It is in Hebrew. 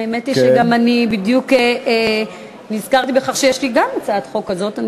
האמת היא שגם אני בדיוק נזכרתי בכך שיש לי גם הצעת חוק כזאת.